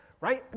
right